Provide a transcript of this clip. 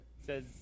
says